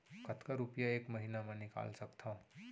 कतका रुपिया एक महीना म निकाल सकथव?